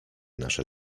nasze